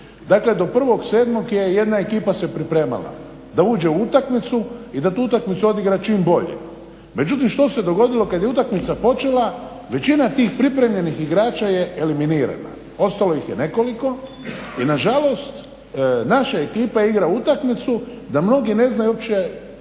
Dakle, do 1.7. je jedna ekipa se pripremala da uđe u utakmicu i da tu utakmicu odigra čim bolje. Međutim što se dogodilo? Kad je utakmica počela većina tih pripremljenih igrača je eliminirana, ostalo ih je nekoliko i na žalost naša ekipa igra utakmicu da mnogi ne znaju uopće